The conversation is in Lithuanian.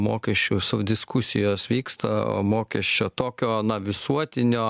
mokesčius o diskusijos vyksta o mokesčio tokio visuotinio